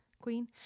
Queen